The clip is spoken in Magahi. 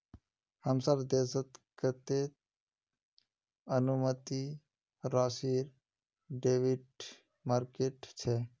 हमसार देशत कतते अनुमानित राशिर डेरिवेटिव मार्केट छ